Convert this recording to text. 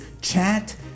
chat